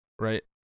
Right